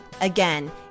Again